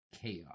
chaos